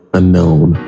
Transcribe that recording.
unknown